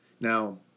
Now